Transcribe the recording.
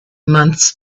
months